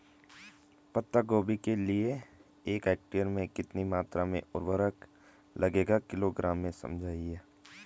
पत्ता गोभी के लिए एक हेक्टेयर में कितनी मात्रा में उर्वरक लगेगा किलोग्राम में समझाइए?